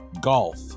Golf